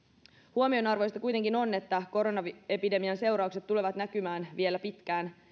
huomionarvoista kuitenkin on että koronaepidemian seuraukset tulevat näkymään vielä pitkään